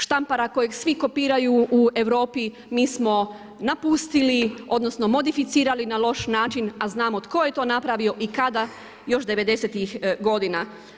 Štampara kojeg svi kopiraju u Europi mi smo napustili odnosno modificirali na loš način, a znamo tko je to napravio i kada još devedesetih godina.